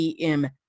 EM